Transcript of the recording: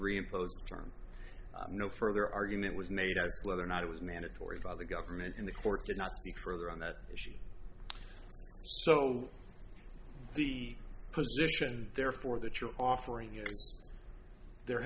reimpose john no further argument was made out whether or not it was mandatory by the government in the court did not speak further on that issue so the position therefore that you're offering there